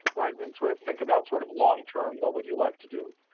right. and and sort of think about sort of long-term what would you like to do.